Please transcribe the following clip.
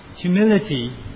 Humility